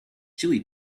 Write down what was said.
chili